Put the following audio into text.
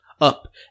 Up